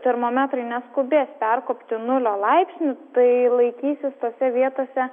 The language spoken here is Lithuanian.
termometrai neskubės perkopti nulio laipsnių tai laikysis tose vietose